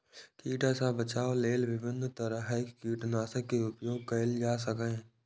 कीड़ा सं बचाव लेल विभिन्न तरहक कीटनाशक के उपयोग कैल जा सकैए